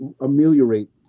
ameliorate